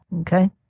Okay